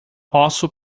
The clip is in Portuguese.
posso